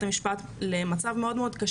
הבריאות באופן כללי אבל גם מערכת הבריאות הנפשית.